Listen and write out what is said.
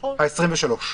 ה-23.